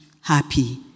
happy